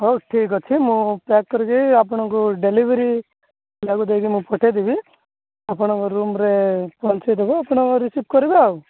ହଉ ଠିକ୍ ଅଛି ମୁଁ ପ୍ୟାକ୍ କରିକି ଆପଣଙ୍କୁ ଡେଲିଭରି ପିଲାକୁ ଦେଇକି ମୁଁ ପଠେଇଦେବି ଆପଣଙ୍କ ରୁମ୍ ରେ ପହଞ୍ଚେଇ ଦେବ ଆପଣ ରିସିଭ୍ କରିବେ ଆଉ